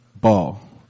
Ball